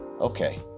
okay